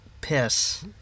piss